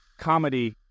Comedy